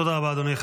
תודה רבה, אדוני.